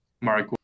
Mark